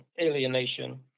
alienation